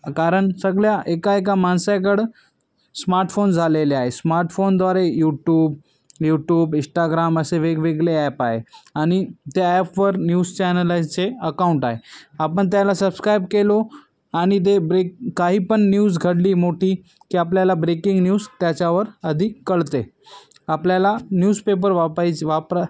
कारण सगळ्या एका एका माणसाकडे स्मार्टफोन झालेले आहे स्मार्टफोनद्वारे यूटूब यूटूब इस्टाग्राम असे वेगवेगळे ॲप आ आहे आणि त्या ॲपवर न्यूज चॅनलचे अकाऊंट आहे आपण त्याला सबस्क्रईब केलं आणि ते ब्रेक काहीपण न्यूज घडली मोठी की आपल्याला ब्रेकिंग न्यूज त्याच्यावर अधी कळते आपल्याला न्यूज पेपर वापरायची वापरा